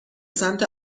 سمت